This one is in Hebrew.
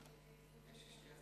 השר